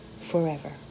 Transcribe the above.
forever